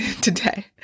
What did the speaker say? today